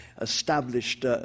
established